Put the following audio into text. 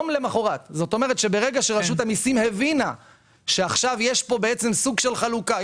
זאת אומרת שברגע שרשות המיסים הבינה שעכשיו יש פה בעצם סוג של חלוקה,